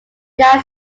died